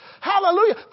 Hallelujah